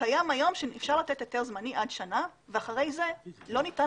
היום אפשר לתת היתר זמני עד שנה ואחרי זה לא ניתן